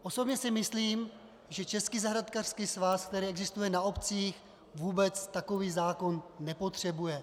Osobně si myslím, že Český zahrádkářský svaz, který existuje na obcích, vůbec takový zákon nepotřebuje.